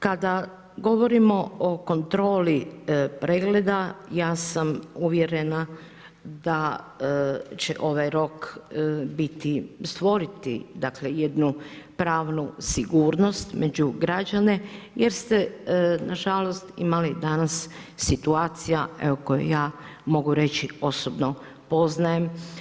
Kada govorimo o kontroli pregleda, ja sam uvjerena da će ovaj rok, biti stvoriti jednu pravnu sigurnost među građane, jer ste nažalost imali danas situacija, evo, koje ja mogu reći osobno, poznajem.